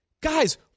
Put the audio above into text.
Guys